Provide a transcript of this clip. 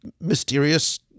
mysterious